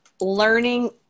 learning